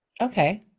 Okay